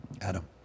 Adam